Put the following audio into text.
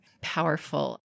powerful